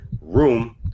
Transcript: room